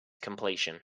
completion